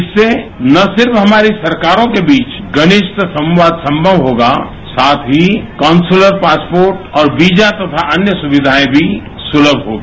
इससे न सिर्फ हमारी सरकारों के बीच घनिष्ट संवाद संभव होगा साथ ही काऊंसलर पासपोर्ट और वीजा तथा अन्य सुविधाएं भी सुलम होगी